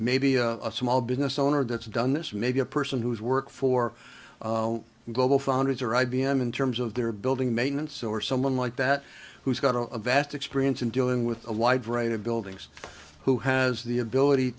maybe a small business owner that's done this maybe a person who's work for global foundries or i b m in terms of their building maintenance or someone like that who's got a vast experience in dealing with a wide range of buildings who has the ability